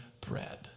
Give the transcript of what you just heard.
bread